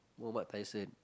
Mohammad Tyson